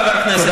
חבר הכנסת לוי.